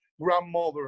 grandmother